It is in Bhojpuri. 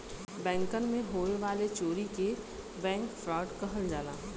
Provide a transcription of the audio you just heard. बैंकन मे होए वाले चोरी के बैंक फ्राड कहल जाला